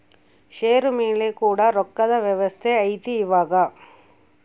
ಷೇರು ಮೇಲೆ ಕೂಡ ರೊಕ್ಕದ್ ವ್ಯವಸ್ತೆ ಐತಿ ಇವಾಗ